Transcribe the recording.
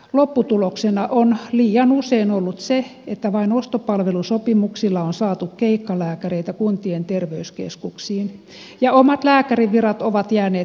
lopputuloksena on liian usein ollut se että vain ostopalvelusopimuksilla on saatu keikkalääkäreitä kuntien terveyskeskuksiin ja omat lääkärinvirat ovat jääneet täyttämättä